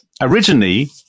originally